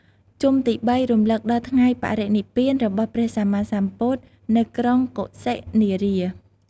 ជុំទី ៣ រំលឹកដល់ ថ្ងៃបរិនិព្វាន របស់ព្រះសម្មាសម្ពុទ្ធនៅក្រុងកុសិនារា។